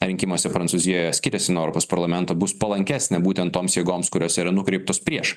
rinkimuose prancūzijoje skiriasi nuo europos parlamento bus palankesnė būtent toms jėgoms kurios yra nukreiptos prieš